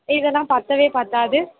இதெலாம் பத்தவே பத்தாது